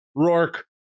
Rourke